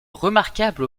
remarquable